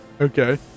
Okay